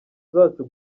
zacu